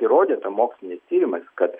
įrodyta moksliniais tyrimais kad